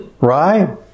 right